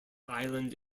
island